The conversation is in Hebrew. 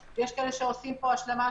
להתקדם.